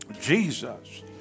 Jesus